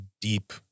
deep